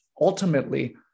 Ultimately